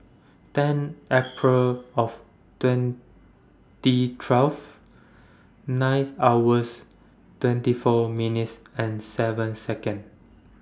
ten April of twenty twelve nine hours twenty four minutes and seven Second